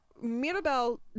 Mirabel